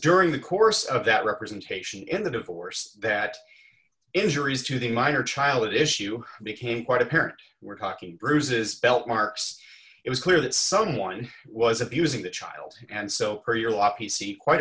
during the course of that representation in the divorce that injuries to the minor child issue became quite apparent we're talking bruises belt marks it was clear that someone was abusing the child and so per year law p c quite